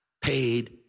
paid